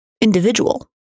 individual